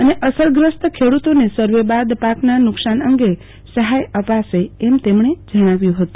અને અસરગ્રસ્ત ખેડૂતોનુ સર્વે બાદ પાકના નુકશાન અં ગે સહાય અપાશે એમ જણાવ્યું હતું